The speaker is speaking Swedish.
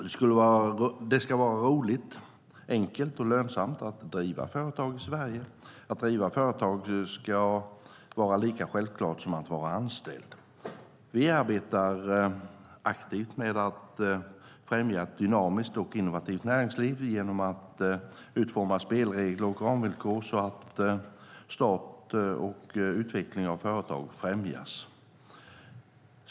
Det ska vara roligt, enkelt och lönsamt att driva företag i Sverige. Att driva företag ska vara lika självklart som att vara anställd. Vi arbetar aktivt med att främja ett dynamiskt och innovativt näringsliv genom att utforma spelregler och ramvillkor så att start och utveckling av företag främjas.